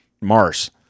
Mars